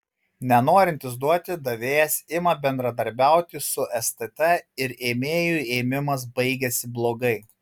nenorintis duoti davėjas ima bendradarbiauti su stt ir ėmėjui ėmimas baigiasi blogai